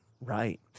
right